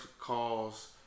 calls